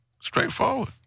Straightforward